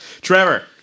Trevor